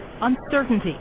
uncertainty